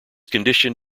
condition